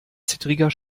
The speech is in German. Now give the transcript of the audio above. zittriger